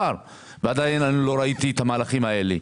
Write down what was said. עדיין לא ראיתי את המהלכים האלה.